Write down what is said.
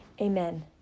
Amen